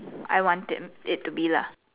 I want it to be lah